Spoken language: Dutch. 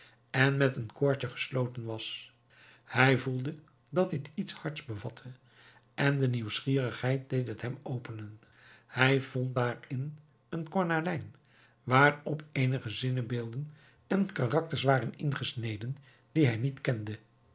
en met een koordje gesloten was hij voelde dat dit iets hards bevatte en de nieuwsgierigheid deed het hem openen hij vond daarin een kornalijn waarop eenige zinnebeelden en karakters waren ingesneden die hij niet kende